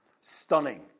Stunning